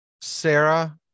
Sarah